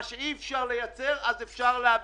מה שאי אפשר לייצר אפשר להביא,